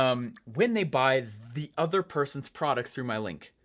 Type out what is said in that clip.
um when they buy the other person's product through my link?